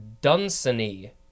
Dunsany